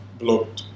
blocked